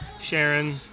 Sharon